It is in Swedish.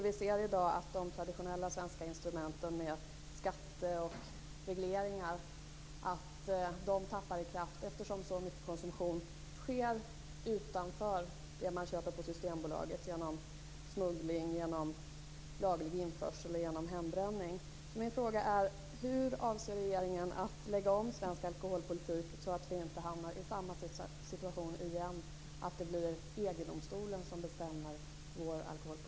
Vi ser i dag att de traditionella svenska instrumenten, skatter och regleringar, tappar i kraft, eftersom så mycket av konsumtionen består av sådant som inte köps på Systembolaget. Det är fråga om smuggling, laglig införsel och hembränning.